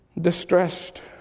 distressed